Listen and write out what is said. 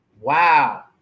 Wow